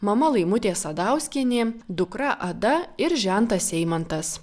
mama laimutė sadauskienė dukra ada ir žentas eimantas